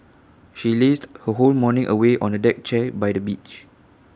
she lazed her whole morning away on A deck chair by the beach